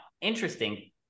interesting